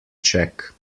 check